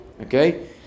Okay